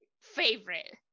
favorite